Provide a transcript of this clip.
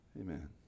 amen